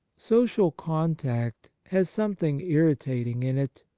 social contact has something irritating in it,